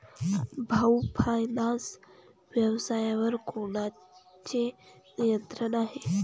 भाऊ फायनान्स व्यवसायावर कोणाचे नियंत्रण आहे?